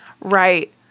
Right